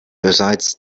bereits